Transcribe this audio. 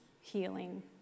healing